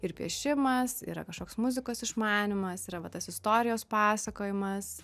ir piešimas yra kažkoks muzikos išmanymas yra va tas istorijos pasakojimas